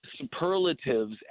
superlatives